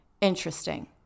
Interesting